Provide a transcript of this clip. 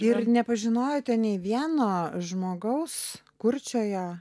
ir nepažinojote nei vieno žmogaus kurčiojo